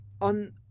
on